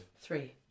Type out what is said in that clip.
Three